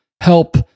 help